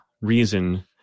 reason